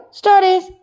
stories